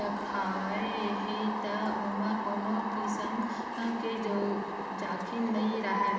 रखाय हे त ओमा कोनो किसम के जाखिम नइ राहय